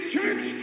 Church